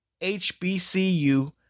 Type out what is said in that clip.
HBCU